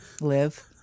Live